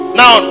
now